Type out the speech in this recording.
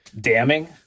damning